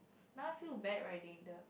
now I feel bad riding the